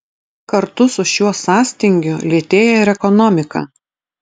kartu su šiuo sąstingiu lėtėja ir ekonomika